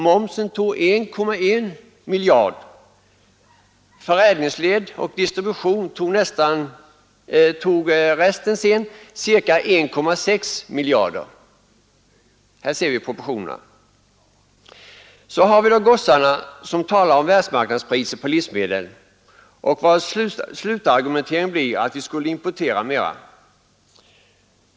Momsen tog 1,1 miljard, förädlingsled och distribution tog resten, ca 1,6 miljarder. Här ser vi proportionerna. Så har vi då de som talar om världsmarknadspriset på livsmedel och vilkas slutargumentering blir att vi skulle importera mera.